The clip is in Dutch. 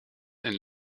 een